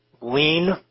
lean